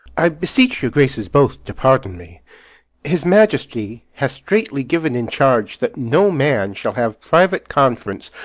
i beseech your graces both to pardon me his majesty hath straitly given in charge that no man shall have private conference,